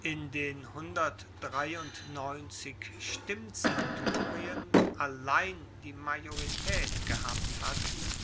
in den stimmzenturien allein die majoritaet gehabt hatten